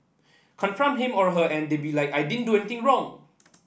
confront him or her and they be like I didn't do anything wrong